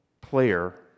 player